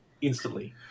instantly